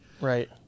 Right